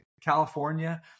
California